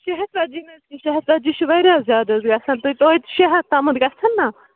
شےٚ ہَتھ ژَتجی نہٕ حظ شےٚ ہَتھ ژَتجی چھِ وارایاہ زیادٕ حظ گژھان تہٕ تُہۍ تویتہِ شےٚ ہَتھ تامَتھ گژھن نَہ